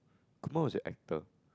Kumar was your actor